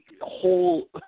whole